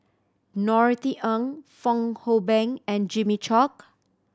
Norothy Ng Fong Hoe Beng and Jimmy Chok